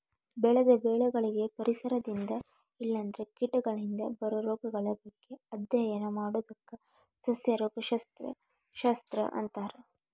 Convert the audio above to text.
ಬೆಳೆದ ಬೆಳಿಗಳಿಗೆ ಪರಿಸರದಿಂದ ಇಲ್ಲಂದ್ರ ಕೇಟಗಳಿಂದ ಬರೋ ರೋಗಗಳ ಬಗ್ಗೆ ಅಧ್ಯಯನ ಮಾಡೋದಕ್ಕ ಸಸ್ಯ ರೋಗ ಶಸ್ತ್ರ ಅಂತಾರ